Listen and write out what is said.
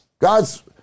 God's